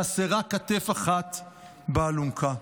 חסרה כתף אחת באלונקה.